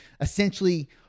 essentially